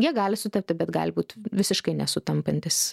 jie gali sutapti bet gali būt visiškai nesutampantys